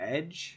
Edge